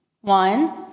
One